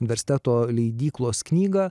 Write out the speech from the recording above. universiteto leidyklos knygą